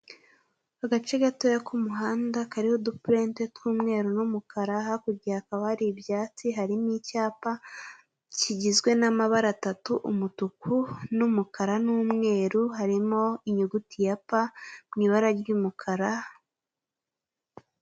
Agace gatoya k'umuhanda kariho udu purente tw'umweru n'umukara hakurya hakaba hari ibyatsi harimo icyapa kigizwe n'amabara atatu umutuku n'umukara n'umweru harimo inyuguti ya P mu ibara ry'umukara.